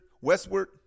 westward